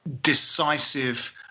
decisive